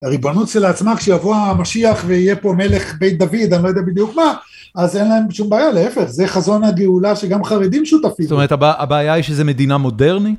הריבונות כשלעצמה כשיבוא המשיח ויהיה פה מלך בית דוד, אני לא יודע בדיוק מה, אז אין להם שום בעיה, להפך, זה חזון הגאולה שגם חרדים שותפים. זאת אומרת, הבעיה היא שזה מדינה מודרנית?